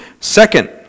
Second